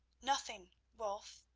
nothing, wulf,